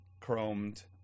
chromed